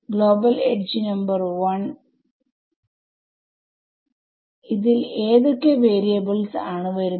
global edge number 1ൽ ഏതോക്കെ variables ആണ് വരുന്നത്